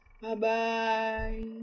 Bye-bye